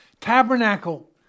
Tabernacle